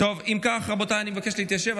אם כך, רבותיי, אני מבקש להתיישב.